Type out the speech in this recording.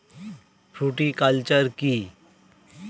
Fruticulture কী?